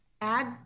add